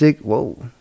Whoa